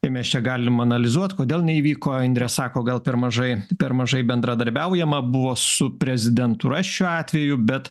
ir mes čia galim analizuot kodėl neįvyko indrė sako gal per mažai per mažai bendradarbiaujama buvo su prezidentūra šiuo atveju bet